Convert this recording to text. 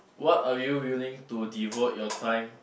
what are you willing to devote your time